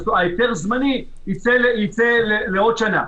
אז ההיתר הזמני יצא לעוד שנה,